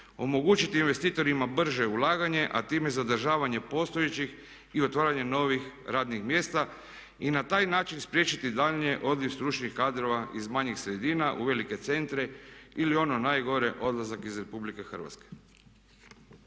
omogućiti investitorima brže ulaganje a time i zadržavanje postojećih i otvaranje novih radnih mjesta. Na taj način spriječiti daljnji odljev stručnih kadrova iz manjih sredina u velike centre ili ono najgore odlazak iz Republike Hrvatske.